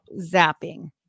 zapping